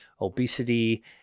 obesity